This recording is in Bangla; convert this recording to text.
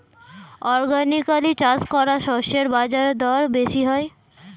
অর্গানিকালি চাষ করা শস্যের বাজারদর বেশি হয়